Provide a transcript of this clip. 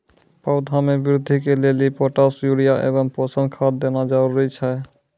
पौधा मे बृद्धि के लेली पोटास यूरिया एवं पोषण खाद देना जरूरी छै?